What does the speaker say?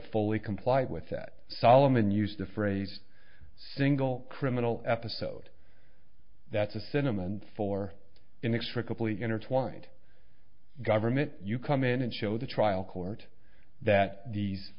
fully complied with that solomon used the phrase single criminal episode that's a sentiment for inextricably intertwined government you come in and show the trial court that these